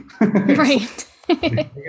Right